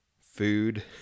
food